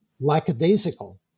lackadaisical